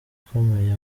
akomeye